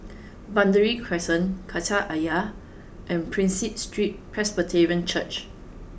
Burgundy Crescent Kreta Ayer and Prinsep Street Presbyterian Church